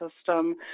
system